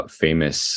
famous